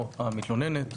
או המתלוננת,